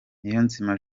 niyonzima